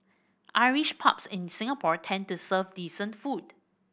Irish pubs in Singapore tend to serve decent food